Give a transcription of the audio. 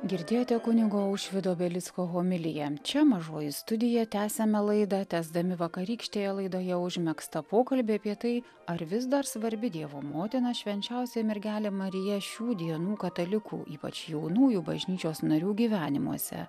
girdėjote kunigo aušvydo belicko homiliją čia mažoji studija tęsiame laidą tęsdami vakarykštėje laidoje užmegztą pokalbį apie tai ar vis dar svarbi dievo motina švenčiausioji mergelė marija šių dienų katalikų ypač jaunųjų bažnyčios narių gyvenimuose